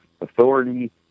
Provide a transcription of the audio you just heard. authority